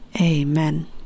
Amen